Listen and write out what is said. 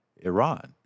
Iran